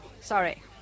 sorry